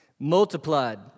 multiplied